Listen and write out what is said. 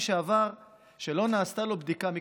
שעבר כשלא נעשתה לו בדיקה מקצועית?